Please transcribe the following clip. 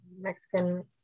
Mexican